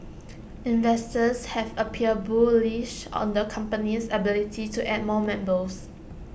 investors have appeared bullish on the company's ability to add more members